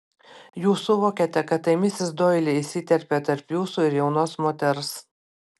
jūs suvokėte kad tai misis doili įsiterpė tarp jūsų ir jaunos moters